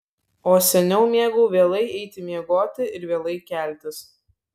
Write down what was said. o seniau mėgau vėlai eiti miegoti ir vėlai keltis